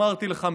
אמרתי לך,